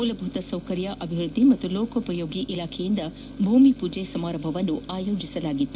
ಮೂಲಭೂತ ಸೌಕರ್ಯ ಅಭಿವೃದ್ದಿ ಮತ್ತು ಲೋಕೋಪಯೋಗಿ ಇಲಾಖೆಯಿಂದ ಭೂಮಿ ಪೂಜೆ ಸಮಾರಂಭವನ್ನು ಆಯೋಜಿಸಲಾಗಿತ್ತು